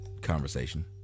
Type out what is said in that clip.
conversation